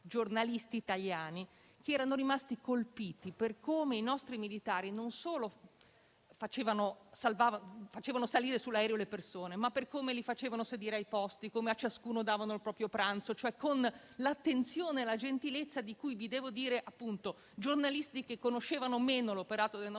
giornalisti italiani, che sono rimasti colpiti per come i nostri militari non solo facevano salire le persone sugli aerei, ma per come li facevano sedere ai loro posti, come a ciascuno davano il proprio pranzo, cioè con un'attenzione e una gentilezza che ha veramente colpito i giornalisti che conoscevano meno l'operato delle nostre